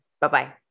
Bye-bye